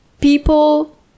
people